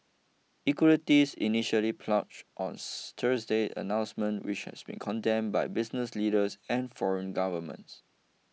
equities initially plunged on Thursday announcement which has been condemned by business leaders and foreign governments